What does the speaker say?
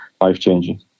life-changing